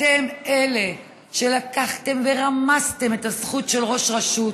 אתם אלה שלקחתם ורמסתם את הזכות של ראש רשות,